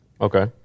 Okay